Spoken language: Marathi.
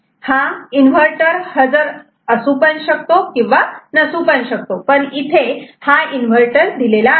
हा इन्व्हर्टर हजर पण नसू शकतो पण आता इथे हा इन्व्हर्टर दिलेला आहे